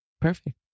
perfect